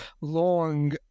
long